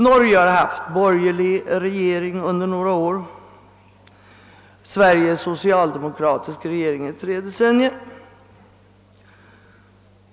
Norge har haft borgerlig regering under några år, Sverige socialdemokratisk regering i tre decennier.